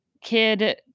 kid